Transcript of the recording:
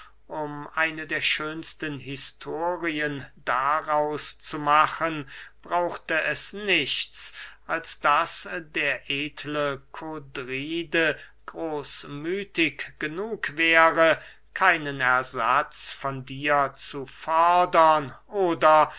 um eine der schönsten historien daraus zu machen brauchte es nichts als daß der edle kodride großmüthig genug wäre keinen ersatz von dir zu fordern oder